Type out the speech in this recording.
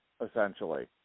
essentially